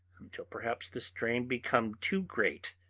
until perhaps the strain become too great,